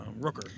Rooker